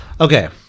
Okay